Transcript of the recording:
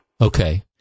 Okay